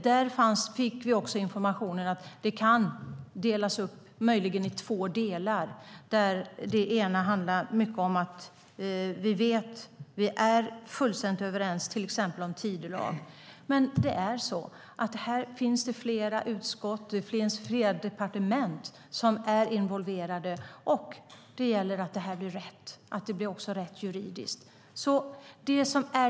Vi fick också informationen att propositionen möjligen kan delas upp i två delar. Vi är fullständigt överens i till exempel frågan om tidelag, men här finns flera utskott och departement som är involverade. Frågan måste hanteras rätt också juridiskt.